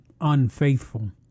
unfaithful